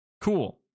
Cool